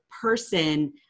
person